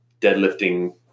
deadlifting